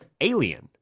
alien